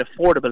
affordable